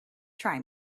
try